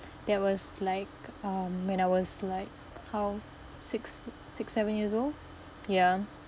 that was like um when I was like how six six seven years old ya